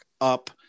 up